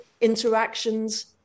interactions